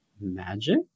magic